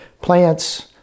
plants